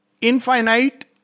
infinite